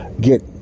get